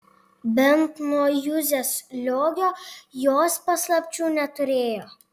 bent nuo juzės liogio jos paslapčių neturėjo